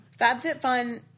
FabFitFun